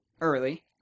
early